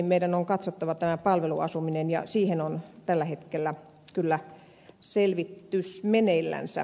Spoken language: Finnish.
meidän on katsottava tämä palveluasuminen ja siihen on tällä hetkellä kyllä selvitys meneillänsä